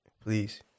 Please